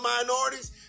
minorities